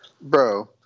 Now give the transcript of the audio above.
Bro